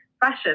fashion